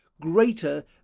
greater